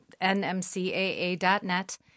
nmcaa.net